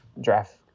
draft